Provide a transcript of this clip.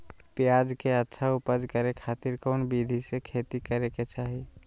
प्याज के अच्छा उपज करे खातिर कौन विधि से खेती करे के चाही?